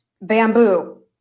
bamboo